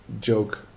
joke